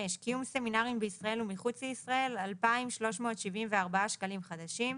קיום סמינרים בישראל ומחוץ לישראל - 2,374 שקלים חדשים.